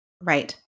Right